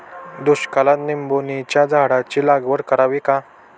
दुष्काळात निंबोणीच्या झाडाची लागवड करावी का?